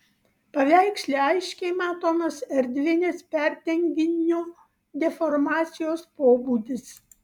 paveiksle aiškiai matomas erdvinis perdenginio deformacijos pobūdis